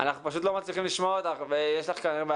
עם זאת, יש גבולות גם